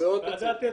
מאוד הגיוני.